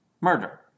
murder